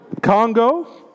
Congo